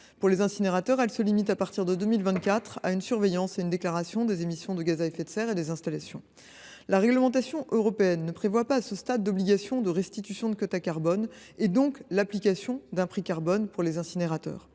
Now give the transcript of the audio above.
Pour les incinérateurs, elles se limitent, à partir de 2024, à une surveillance et à une déclaration des émissions de gaz à effet de serre des installations. À ce stade, la réglementation européenne ne prévoit pas d’obligation de restitution de quotas carbone, donc l’application d’un prix carbone pour les incinérateurs.